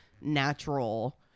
natural